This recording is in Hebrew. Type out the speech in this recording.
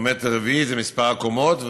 פרמטר רביעי זה מספר הקומות,